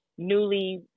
newly